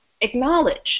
acknowledge